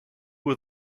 were